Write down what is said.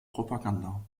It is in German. propaganda